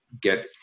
get